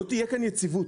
לא תהיה כאן יציבות.